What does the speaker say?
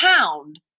pound